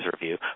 review